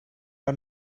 are